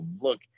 look